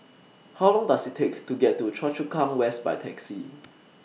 How Long Does IT Take to get to Choa Chu Kang West By Taxi